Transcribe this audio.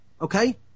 okay